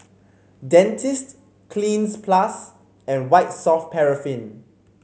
Dentiste Cleanz Plus and White Soft Paraffin